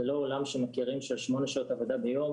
זה לא העולם שמכירים של שמונה שעות עבודה ביום,